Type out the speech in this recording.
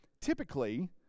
typically